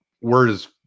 Whereas